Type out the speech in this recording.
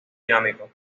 dinámico